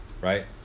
right